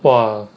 !wah!